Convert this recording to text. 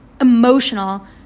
emotional